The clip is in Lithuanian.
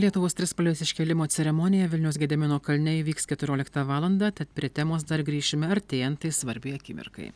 lietuvos trispalvės iškėlimo ceremonija vilniaus gedimino kalne įvyks keturioliktą valandą tad prie temos dar grįšime artėjant tai svarbiai akimirkai